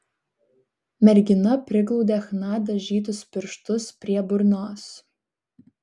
mergina priglaudė chna dažytus pirštus prie burnos